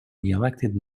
reelected